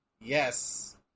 Yes